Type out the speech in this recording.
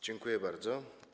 Dziękuje bardzo.